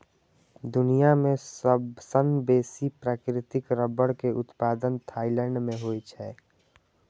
दुनिया मे सबसं बेसी प्राकृतिक रबड़ के उत्पादन थाईलैंड मे होइ छै